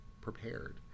prepared